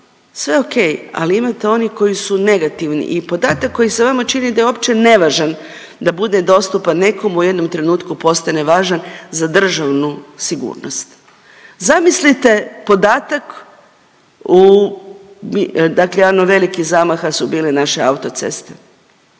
sve ok, ali imate onih koji su negativni i podatak koji se vama čini da je uopće nevažan da bude dostupan nekom, u jednom trenutku postane važan za državnu sigurnost. Zamislite podatak u, dakle jedan od velikih zamaha su bile naše auto ceste.